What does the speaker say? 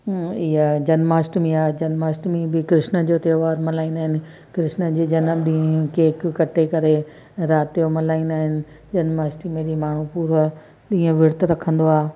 ईअं जन्माष्टमी आ जन्माष्टमी बि कृष्ण जो त्योहारु मल्हाईंदा आहिनि कृष्ण जी जनमु ॾींहुं केक कटे करे राति जो मल्हाईंदा आहिनि जन्माष्टमी ॾींहुं माण्हू पूरो ईअं वृत रखंदो आहे